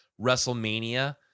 WrestleMania